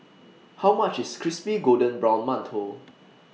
How much IS Crispy Golden Brown mantou